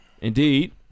Indeed